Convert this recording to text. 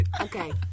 Okay